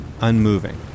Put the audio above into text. unmoving